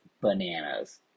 bananas